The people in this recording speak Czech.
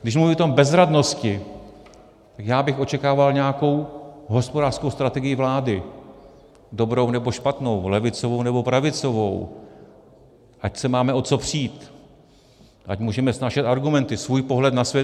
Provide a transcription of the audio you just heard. Když mluvím o té bezradnosti, tak já bych očekával nějakou hospodářskou strategii vlády, dobrou nebo špatnou, levicovou nebo pravicovou, ať se máme o co přít, ať můžeme snášet argumenty, svůj pohled na svět.